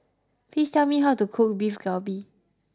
please tell me how to cook Beef Galbi